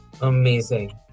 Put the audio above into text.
Amazing